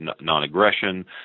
non-aggression